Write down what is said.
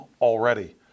already